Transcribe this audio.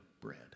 bread